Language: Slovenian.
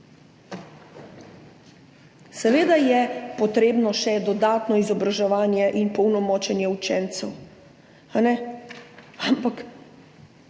Seveda je potrebno še dodatno izobraževanje in polnomočenje učencev, ampak